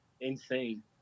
insane